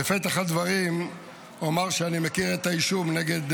בפתח הדברים אומר שאני מכיר את האישום נגד